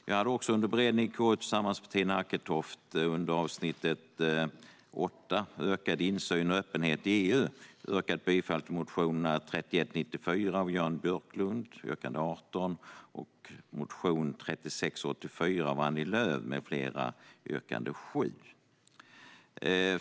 Jag hade också under beredningen i KU, tillsammans med Tina Acketoft, under avsnittet om ökad insyn och öppenhet i EU yrkat bifall till motionerna 3194 av Jan Björklund med flera, yrkande 18, och 3684 av Annie Lööf med flera, yrkande 7.